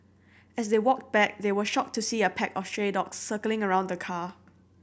as they walked back they were shocked to see a pack of stray dogs circling around the car